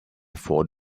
for